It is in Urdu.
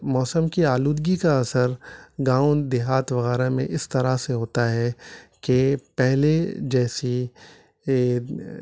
موسم کی آلودگی کا اثر گاؤں دیہات وغیرہ میں اس طرح سے ہوتا ہے کہ پہلے جیسی یہ